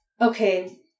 okay